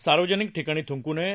सार्वजनिक ठिकाणी थ्रंकू नये